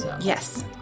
Yes